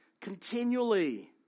continually